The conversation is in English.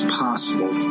possible